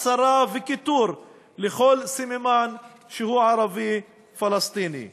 הצרה וכיתור של כל סממן שהוא ערבי פלסטיני,